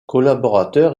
collaborateur